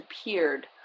appeared